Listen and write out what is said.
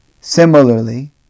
Similarly